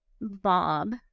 Bob